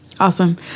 Awesome